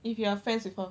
if you are friends with her